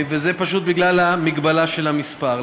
וזה פשוט בגלל המגבלה של המספר.